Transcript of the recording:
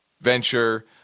venture